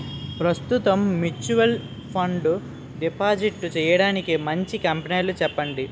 ప్రస్తుతం mutual fund deposit చేయడానికి మంచి కంపెనీలు చెప్పండి